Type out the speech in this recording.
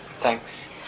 Thanks